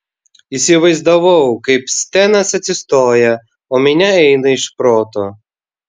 įsivaizdavau kaip stenas atsistoja o minia eina iš proto